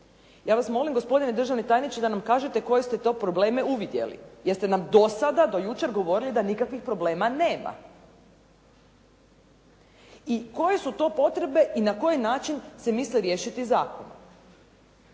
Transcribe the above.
Ja vas molim, gospodine državni tajniče, da nam kažete koje ste to probleme uvidjeli. Jer ste nam do sada, do jučer govorili da nikakvih problema nema. I koje su to potrebe i na koji način se misli riješiti zakon?